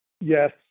Yes